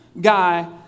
guy